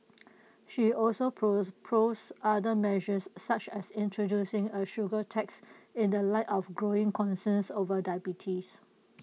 she also proposed other measures such as introducing A sugar tax in the light of growing concerns over diabetes